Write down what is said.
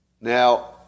Now